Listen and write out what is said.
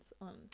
on